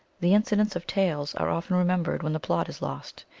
the incidents of tales are often remembered when the plot is lost.